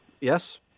Yes